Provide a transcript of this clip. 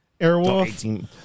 Airwolf